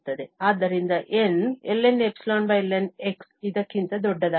ಆದ್ದರಿಂದ N ln∈lnx ಇದಕ್ಕಿಂತ ದೊಡ್ಡದಾಗಿದೆ